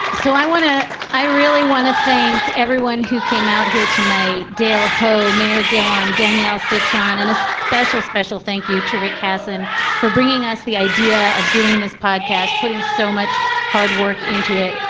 so i want to i really want to thank everyone who came out here tonight dale ho, mayor gillean, danielle cetron, and a special special thank you to rick carson for bringing us the idea of doing this podcast, putting so much hard work into it.